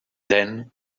then